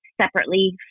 separately